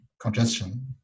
congestion